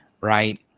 right